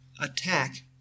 attack